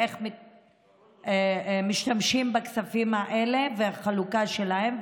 איך משתמשים בכספים האלה והחלוקה שלהם.